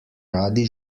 radi